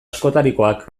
askotarikoak